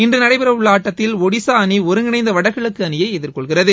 இன்று நடைபெறவுள்ள ஆட்டத்தில் ஒடிசா அணி ஒருங்கிணைந்த வடகிழக்கு அணியை எதிர்கொள்கிறது